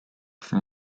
from